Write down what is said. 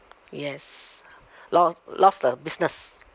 yes lo~ lost the business